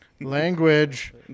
language